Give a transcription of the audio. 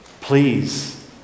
please